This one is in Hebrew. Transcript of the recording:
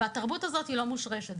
התרבות הזאת לא מושרשת.